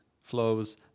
flows